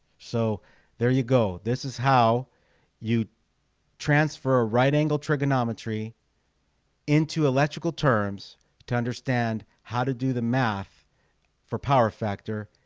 so there you go. this is how you transfer a right angle trigonometry into electrical terms to understand how to do the math for power factor